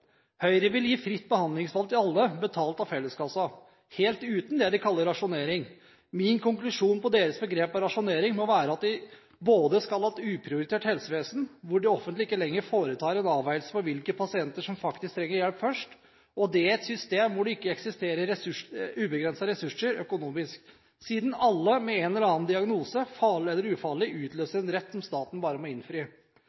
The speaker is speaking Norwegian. Høyre vil gi fritt behandlingsvalg til alle, betalt av felleskassa, helt uten det de kaller rasjonering. Min konklusjon når det gjelder deres bruk av begrepet rasjonering må være at de skal ha et uprioritert helsevesen, hvor det offentlige ikke lenger foretar en avveiing av hvilke pasienter som faktisk trenger hjelp først, og det i et system hvor det ikke eksisterer ubegrensede ressurser økonomisk, siden alle med en eller annen diagnose – farlig eller ufarlig – utløser